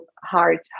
heart